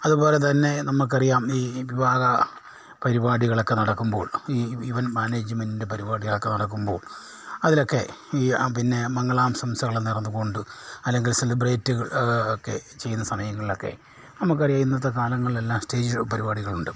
അതുപോലെ തന്നെ നമുക്കറിയാം ഈ വിവാഹ പരിപാടികളൊക്കെ നടക്കുമ്പോൾ ഈ ഇവൻറ്റ് മാനേജ്മെൻറ്റിൻ്റെ പരിപാടികളൊക്കെ നടക്കുമ്പോൾ അതിലൊക്കെ ഈ പിന്നെ മംഗളാശംസകൾ നേർന്നു കൊണ്ട് അല്ലെങ്കിൽ സെലിബ്രിറ്റികൾ ഒക്കെ ചെയ്യുന്ന സമയങ്ങളിലൊക്കെ നമുക്കറിയാം ഇന്നത്തെ കാലങ്ങളിലെല്ലാം സ്റ്റേജ് പരിപാടികളുണ്ട്